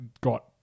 got